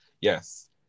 yes